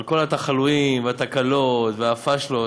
על כל התחלואים והתקלות והפשלות,